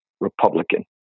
Republican